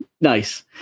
Nice